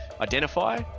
Identify